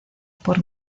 por